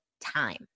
time